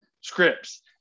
scripts